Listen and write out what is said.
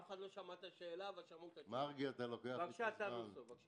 גם לי זו פעם